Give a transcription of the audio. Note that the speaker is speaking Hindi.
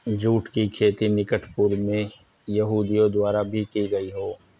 जुट की खेती निकट पूर्व में यहूदियों द्वारा भी की गई हो